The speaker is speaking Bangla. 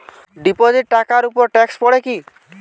ডিপোজিট টাকার উপর ট্যেক্স পড়ে কি?